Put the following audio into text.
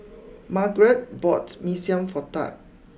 Margeret bought Mee Siam for Tab